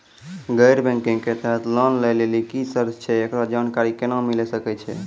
गैर बैंकिंग के तहत लोन लए लेली की सर्त छै, एकरो जानकारी केना मिले सकय छै?